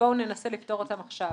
ובואו ננסה לפתור אותם עכשיו.